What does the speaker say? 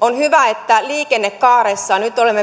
on hyvä että liikennekaaressa nyt olemme